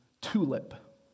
TULIP